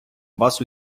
вас